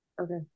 Okay